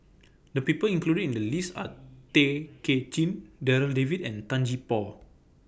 The People included in The list Are Tay Kay Chin Darryl David and Tan Gee Paw